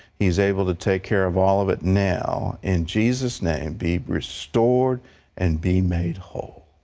he is able to take care of all of it now. in jesus' name, be restored and be made whole.